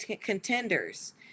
contenders